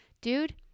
Dude